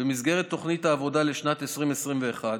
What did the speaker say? במסגרת תוכנית העבודה לשנת 2020/21,